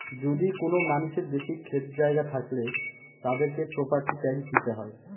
যদি কোনো মানুষের বেশি ক্ষেত জায়গা থাকলে, তাদেরকে প্রপার্টি ট্যাক্স দিতে হয়